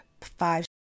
five